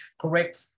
correct